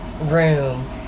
room